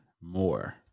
more